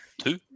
Two